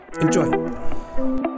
Enjoy